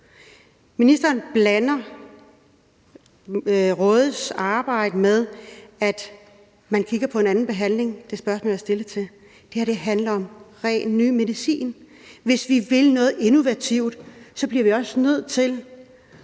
Ministeren blander rådets arbejde med, at man kigger på en anden behandling – det, jeg stillede et spørgsmål til. Det her handler om helt ny medicin. Hvis vi vil noget innovativt, bliver vi også nødt til